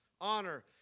honor